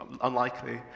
unlikely